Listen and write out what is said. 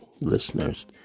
listeners